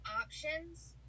options